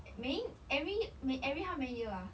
每一 every 每 every how many year ah